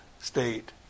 state